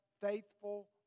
faithful